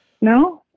No